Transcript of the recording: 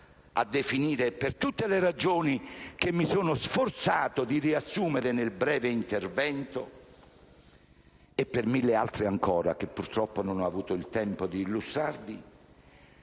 di legge. Per tutte le ragioni che mi sono sforzato di riassumere nel mio breve intervento e per mille altre ancora, che purtroppo non ho avuto il tempo di illustrarvi,